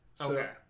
Okay